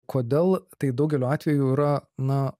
kodėl tai daugeliu atvejų yra na